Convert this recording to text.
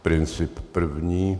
Princip první.